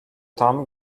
tam